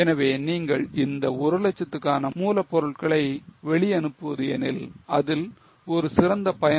எனவே நீங்கள் இந்த 100000 க்கான மூலப்பொருட்களை வெளி அனுப்புவது எனில் அதில் ஒரு சிறந்த பயன்பாடு 0